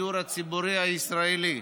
הציבורי הישראלי,